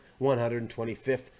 125th